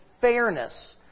fairness